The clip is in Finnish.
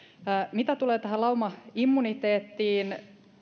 mitä tulee tähän laumaimmuniteettiin